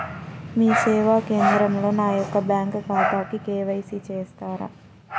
మీ సేవా కేంద్రంలో నా యొక్క బ్యాంకు ఖాతాకి కే.వై.సి చేస్తారా?